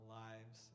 lives